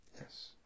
Yes